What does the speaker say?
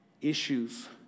issues